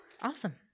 awesome